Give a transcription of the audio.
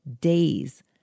days